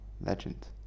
Legend